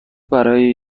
برای